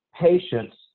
patients